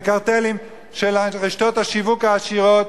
של רשתות השיווק העשירות,